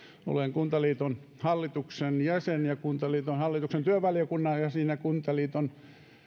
olen kuntaliiton hallituksen jäsen ja kuntaliiton hallituksen työvaliokunnan jäsen ja se kuntaliiton